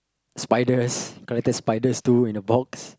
spiders collected spiders too in a box